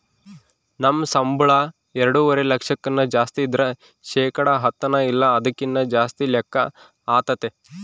ನಮ್ ಸಂಬುಳ ಎಲ್ಡುವರೆ ಲಕ್ಷಕ್ಕುನ್ನ ಜಾಸ್ತಿ ಇದ್ರ ಶೇಕಡ ಹತ್ತನ ಇಲ್ಲ ಅದಕ್ಕಿನ್ನ ಜಾಸ್ತಿ ಲೆಕ್ಕ ಆತತೆ